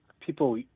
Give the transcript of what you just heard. people